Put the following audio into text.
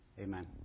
Amen